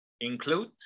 include